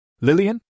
Lillian